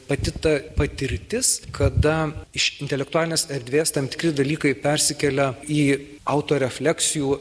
pati ta patirtis kada iš intelektualinės erdvės tam tikri dalykai persikelia į autorefleksijų